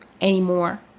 anymore